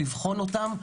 לבחון אותם,